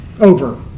over